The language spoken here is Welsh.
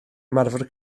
ymarfer